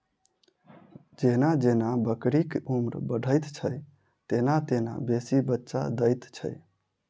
जेना जेना बकरीक उम्र बढ़ैत छै, तेना तेना बेसी बच्चा दैत छै